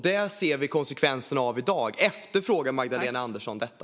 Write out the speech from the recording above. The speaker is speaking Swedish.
Det ser vi konsekvenserna av i dag. Efterfrågar Magdalena Andersson detta?